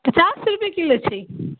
पचास रुपए किलो छै